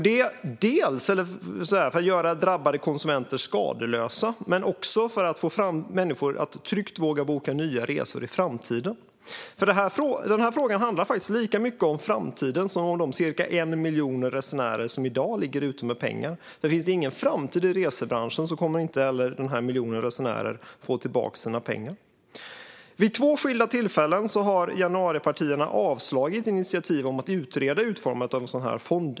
Det skulle göra drabbade konsumenter skadeslösa, men det skulle också få människor att tryggt våga boka nya resor i framtiden. Frågan handlar nämligen lika mycket om framtiden som om de ca 1 miljon resenärer som i dag ligger ute med pengar, för finns det ingen framtid i resebranschen kommer inte heller den här miljonen resenärer att få tillbaka sina pengar. Vid två skilda tillfällen har januaripartierna avslagit initiativ i civilutskottet om att utreda utformandet av en sådan fond.